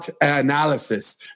analysis